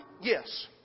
Yes